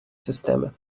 системи